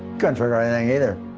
couldn't figure out anything either.